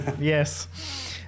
Yes